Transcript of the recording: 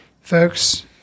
Folks